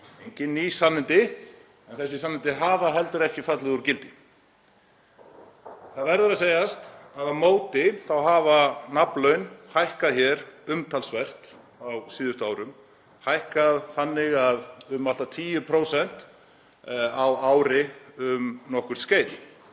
engin ný sannindi en þessi sannindi hafa heldur ekki fallið úr gildi. Það verður að segjast að á móti hafa nafnlaun hækkað hér umtalsvert á síðustu árum, hækkað um allt að 10% á ári um nokkurt skeið.